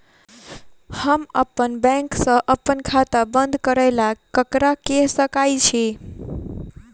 हम अप्पन बैंक सऽ अप्पन खाता बंद करै ला ककरा केह सकाई छी?